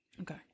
Okay